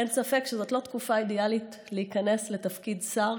אין ספק שזאת לא תקופה אידיאלית להיכנס לתפקיד שר,